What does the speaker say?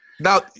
Now